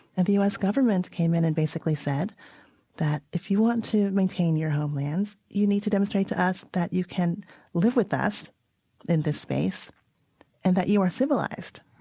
and the u s. government came in and basically said that if you want to maintain your homelands, you need to demonstrate to us that you can live with us in this space and that you are civilized.